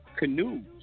Canoes